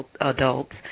adults